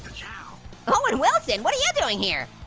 owen wilson, what are you yeah doing here?